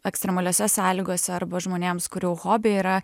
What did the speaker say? ekstremaliose sąlygose arba žmonėms kurių hobiai yra